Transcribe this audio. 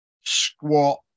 squat